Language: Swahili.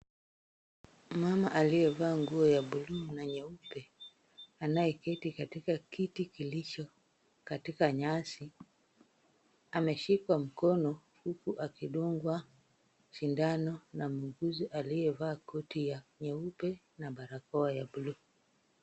Mama aliyevaa nguo ya buluu na nyeupe anayeketi katika kiti kilicho katika nyasi, ameshikwa mkono huku akidungwa sindano na muuguzi aliyevaa koti ya nyeupe na barakoa ya bluu.